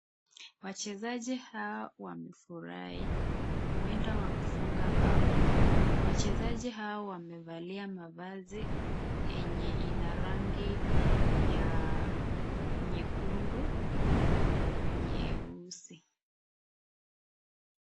Wachezaji hao wamefurahi huenda wamefunga bao. Wachezaji hao wamevalia mavazi yenye ina rangi ya nyekundu na nyeusi.